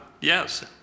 yes